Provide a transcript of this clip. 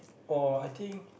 oh I think